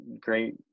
great